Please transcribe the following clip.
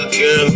girl